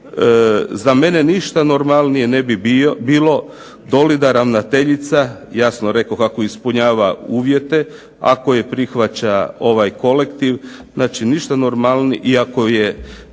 za mene ništa normalnije ne bi bilo doli da ravnateljica, jasno rekoh ako ispunjava uvjete, ako je prihvaća ovaj kolektiv, znači ništa normalnije, i ako je